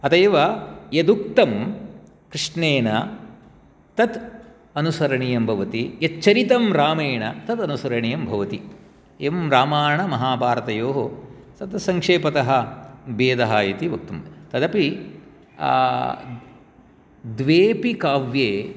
अतः एव यद् उक्तं कृष्णेन तत् अनुसरणीयं भवति यत् चरितं रामेण तद् अनुसरणीयं भवति एवं रामायणमहाभारतयोः तद् संक्षेपतः भेदः इति वक्तुं तदपि द्वेऽपि काव्ये